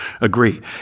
agree